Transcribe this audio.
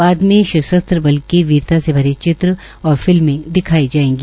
बाद में सशस्त्र बल के वीरता से भरे चित्र और फिल्में दिखाई जायेंगी